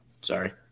sorry